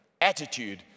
Attitude